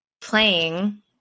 playing